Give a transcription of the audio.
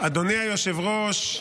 אדוני היושב-ראש,